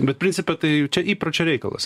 bet principe tai čia įpročio reikalas